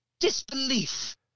Disbelief